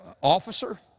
Officer